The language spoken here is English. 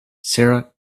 sara